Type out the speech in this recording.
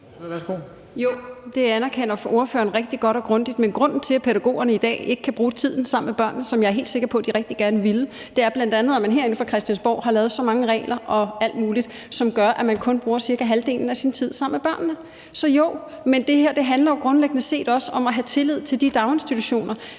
det anerkender ordføreren rigtig godt og grundigt. Men grunden til, at pædagogerne i dag ikke kan bruge tiden sammen med børnene, hvilket jeg er helt sikker på at de gerne ville, er bl.a., at man herinde på Christiansborg har lavet så mange regler og alt muligt, som gør, at man kun bruger cirka halvdelen af sin tid sammen med børnene. Så jo. Men det her handler grundlæggende set også om at have tillid til de daginstitutioner.